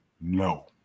No